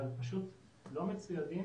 אבל פשוט לא מצוידים